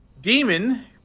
demon